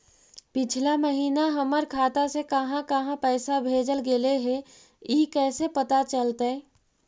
पिछला महिना हमर खाता से काहां काहां पैसा भेजल गेले हे इ कैसे पता चलतै?